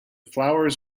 flowers